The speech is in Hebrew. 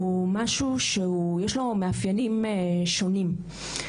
הוא משהו שיש לו מאפיינים שונים.